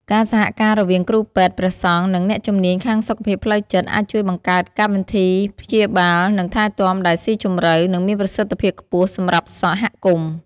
ការសហការរវាងគ្រូពេទ្យ ព្រះសង្ឃ និងអ្នកជំនាញខាងសុខភាពផ្លូវចិត្ត អាចជួយបង្កើតកម្មវិធីព្យាបាល និងថែទាំដែលស៊ីជម្រៅ និងមានប្រសិទ្ធភាពខ្ពស់សម្រាប់សហគមន៍។